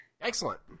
Excellent